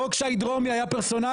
חוק שי דרומי היה פרסונלי?